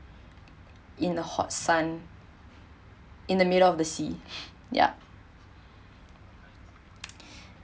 in the hot sun in the middle of the sea ya